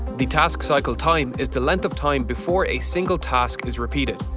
the task cycle time is the length of time before a single task is repeated.